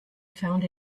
found